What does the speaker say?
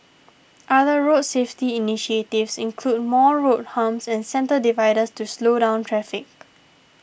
other road safety initiatives include more road humps and centre dividers to slow down traffic